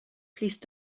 please